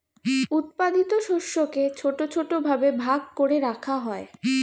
উৎপাদিত শস্যকে ছোট ছোট ভাবে ভাগ করে রাখা হয়